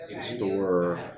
Store